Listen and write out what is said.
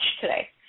today